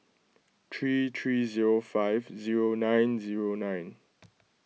three three zero five zero nine zero nine